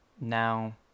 now